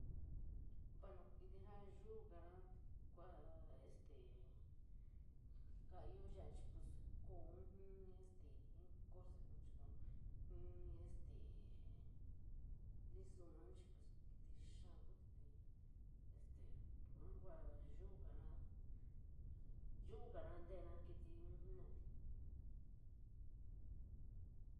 Bueno, kiiñ jaa yuugaraa kuu este jaa foo yaa pos kooun suu este koositku chií jií este lisuuma chií pues kiiñ kaid kusiíí te este yuu kuu yuugaraa, yuugaraa ñtera katiíín jenoraíti.